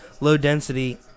low-density